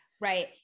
right